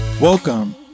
welcome